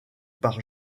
par